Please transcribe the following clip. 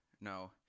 no